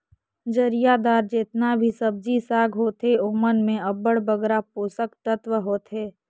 जरियादार जेतना भी सब्जी साग होथे ओमन में अब्बड़ बगरा पोसक तत्व होथे